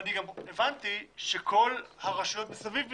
ואני גם הבנתי שכל הרשויות מסביב מתנגדות.